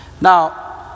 Now